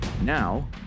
Now